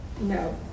No